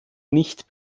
nicht